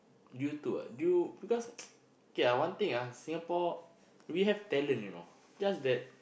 you too what you because okay one thing Singapore we have talent you know just that